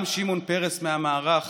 גם שמעון פרס מהמערך